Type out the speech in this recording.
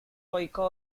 goiko